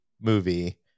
movie